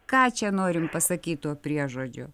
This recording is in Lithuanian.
ką čia norim pasakyt tuo priežodžiu